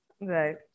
Right